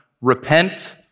repent